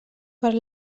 per